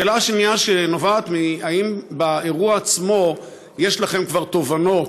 השאלה השנייה שנובעת: האם על אירוע עצמו כבר יש לכם תובנות,